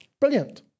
Brilliant